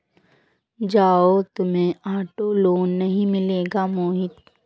जाओ, तुम्हें auto loan नहीं मिलेगा मोहित